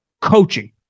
coaching